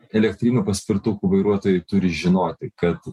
elektrinių paspirtukų vairuotojai turi žinoti kad